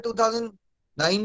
2009